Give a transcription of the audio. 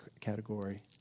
category